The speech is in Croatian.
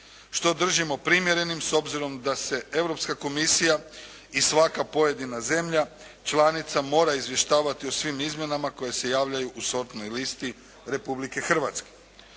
Što držimo primjerenim s obzirom da se europska komisija i svaka pojedina zemlja članica mora izvještavati o svim izmjenama koje se javljaju u sortnoj listi Republike Hrvatske.